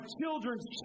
children's